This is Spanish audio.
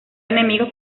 enemigos